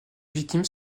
victimes